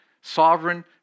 Sovereign